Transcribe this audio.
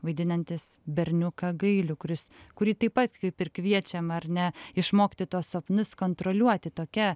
vaidinantis berniuką gailių kuris kurį taip pat kaip ir kviečiam ar ne išmokti tuos sapnus kontroliuoti tokia